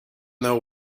know